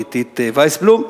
גיתית ויסבלום.